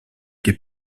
des